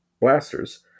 blasters